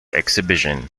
exhibition